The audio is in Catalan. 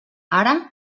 ara